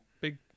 big